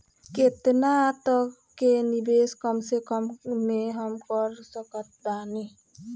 केतना तक के निवेश कम से कम मे हम कर सकत बानी?